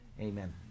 Amen